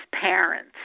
parents